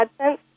AdSense